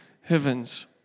heavens